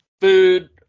food